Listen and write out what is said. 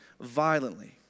violently